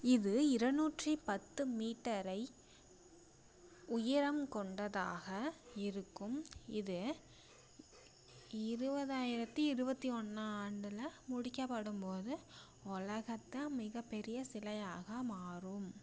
இது இருநூற்றி பத்து மீட்டர் உயரம் கொண்டதாக இருக்கும் இது இருபதாயிரத்தி இருபத்தி ஒன்றாம் ஆண்டில் முடிக்கப்படும்போது உலகத்து மிகப்பெரிய சிலையாக மாறும்